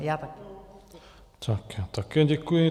Já také děkuji.